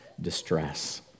distress